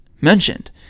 mentioned